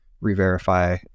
re-verify